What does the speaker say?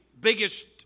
biggest